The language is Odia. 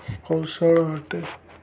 କୌଶଳ ଅଟେ